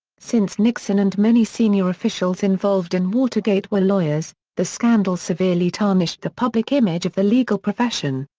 since nixon and many senior officials involved in watergate were lawyers, the scandal severely tarnished the public image of the legal profession.